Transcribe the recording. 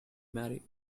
marry